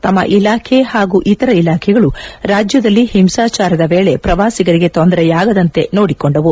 ತಮ್ಮ ಇಲಾಖೆ ಹಾಗೂ ಇತರ ಇಲಾಖೆಗಳು ರಾಜ್ಯದಲ್ಲಿ ಹಿಂಸಾಚಾರದ ವೇಳೆ ಪ್ರವಾಸಿಗರಿಗೆ ತೊಂದರೆಯಾಗದಂತೆ ನೋಡಿಕೊಂಡವು